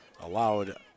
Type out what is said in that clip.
allowed